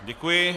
Děkuji.